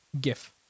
GIF